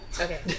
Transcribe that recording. Okay